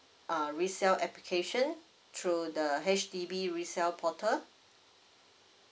uh resell application through the H_D_B resell portal